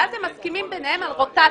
ואז הם מסכימים ביניהם על רוטציה,